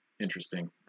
interesting